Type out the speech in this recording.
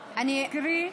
קרי,